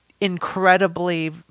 incredibly